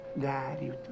Daddy